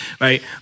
Right